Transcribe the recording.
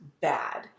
bad